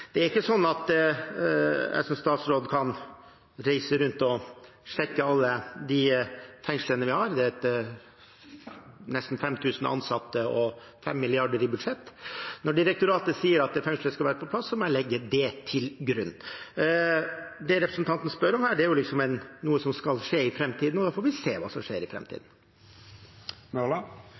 Det er ikke sånn at jeg som statsråd kan reise rundt og sjekke alle de fengslene vi har, det er nesten 5 000 ansatte og 5 mrd. kr i budsjett. Når direktoratet sier at fengselet skal være på plass, må jeg legge det til grunn. Det representanten spør om, er noe som skal skje i framtiden. Da får vi se hva som skjer i